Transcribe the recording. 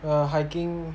err hiking